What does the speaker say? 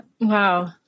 Wow